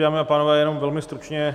Dámy a pánové, jenom velmi stručně.